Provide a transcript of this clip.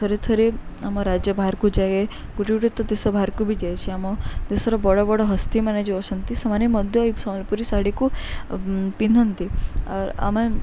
ଥରେ ଥରେ ଆମ ରାଜ୍ୟ ବାହାରକୁ ଯାଏ ଗୋଟେ ଗୋଟେ ତ ଦେଶ ବାହାରକୁ ବି ଯାଇଛି ଆମ ଦେଶର ବଡ଼ ବଡ଼ ହସ୍ତିମାନେ ଯେଉଁ ଅଛନ୍ତି ସେମାନେ ମଧ୍ୟ ଏ ସମ୍ବଲପୁରୀ ଶାଢ଼ୀକୁ ପିନ୍ଧନ୍ତି ଆର୍ ଆମେ